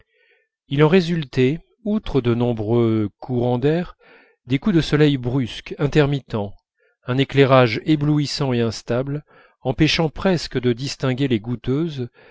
il en résultait outre de nombreux courants d'air des coups de soleil brusques intermittents un éclairage éblouissant empêchant presque de distinguer les goûteuses